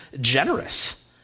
generous